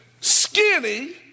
skinny